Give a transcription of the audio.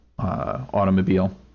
automobile